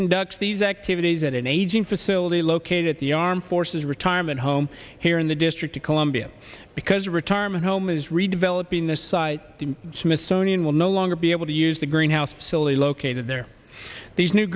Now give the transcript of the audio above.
conducts these activities at an aging facility located at the armed forces retirement home here in the district of columbia because a retirement home is redeveloping the site the smithsonian will no longer be able to use the green house solely located there these new